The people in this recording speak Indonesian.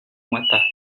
mata